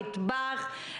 מטבח,